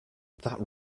that